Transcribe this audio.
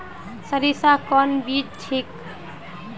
सरीसा कौन बीज ठिक?